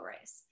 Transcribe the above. race